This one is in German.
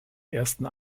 ersten